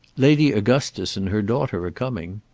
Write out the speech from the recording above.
lady augustus and her daughter are coming.